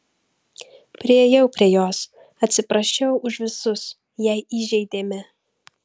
priėjau prie jos atsiprašiau už visus jei įžeidėme